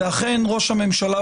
אכן ראש הממשלה,